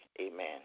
Amen